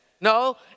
No